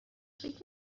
فکر